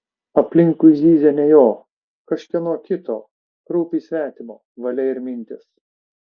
aplinkui zyzė ne jo kažkieno kito kraupiai svetimo valia ir mintys